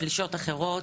פלישות אחרות,